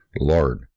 lord